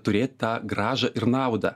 turėti tą grąžą ir naudą